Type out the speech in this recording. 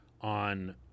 on